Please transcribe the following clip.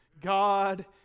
God